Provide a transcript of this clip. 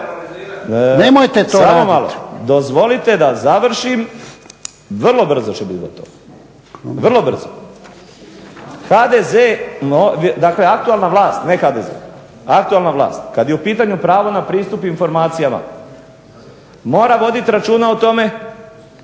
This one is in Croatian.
sam. Samo malo, dozvolite da završim vrlo brzo ću biti gotov, vrlo brzo. HDZ, dakle aktualna vlast ne HDZ, aktualna vlast kad je u pitanju pravo na pristup informacijama mora voditi računa o tome